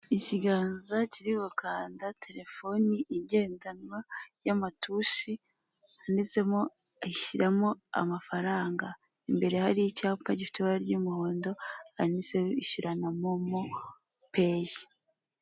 Ikiganza kiri gukanda telefoni igendanwa y'amatushi handitsemo shyiramo amafaranga, imbere hari icyapa gifite ibara ry'umuhondo handitseho ishyurana momo peyi.